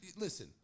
listen